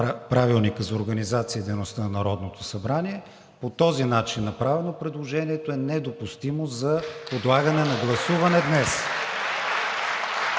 Правилника за организацията и дейността на Народното събрание, по този начин направено, предложението е недопустимо за подлагане на гласуване днес.